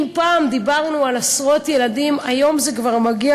אם פעם דיברנו על עשרות ילדים, היום זה כבר מגיע